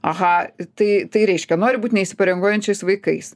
aha tai tai reiškia nori būt neįsipareigojančiais vaikais